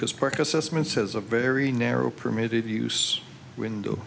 because park assessments has a very narrow permitted use window